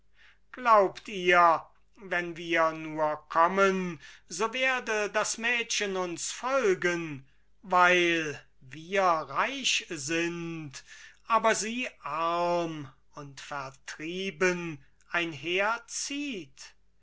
glaubt ihr wenn wir nur kommen so werde das mädchen uns folgen weil wir reich sind aber sie arm und vertrieben